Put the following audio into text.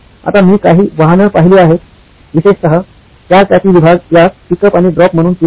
आता मी काही वाहनं पाहिली आहेत विशेषत चारचाकी विभाग यास पिक अप आणि ड्रॉप म्हणून स्वीकारतात